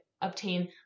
obtain